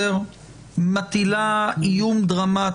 מטילה איום דרמטי,